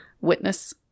witness